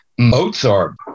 Mozart